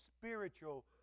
spiritual